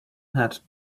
had